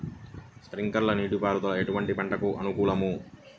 Sprinkler నీటిపారుదల ఎటువంటి పంటలకు అనుకూలము?